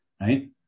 right